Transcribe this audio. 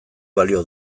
balio